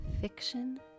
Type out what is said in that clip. Fiction